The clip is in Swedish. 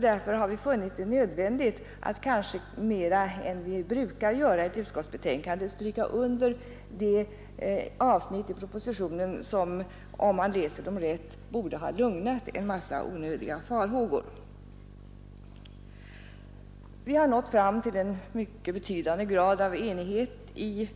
Därför har vi funnit det nödvändigt att, kanske mera än vi brukar göra i ett utskottsbetänkande, stryka under de avsnitt i propositionen som, om man läser dem rätt, borde ha lugnat en mängd onödiga farhågor. Vi har nått fram till en mycket betydande grad av enighet i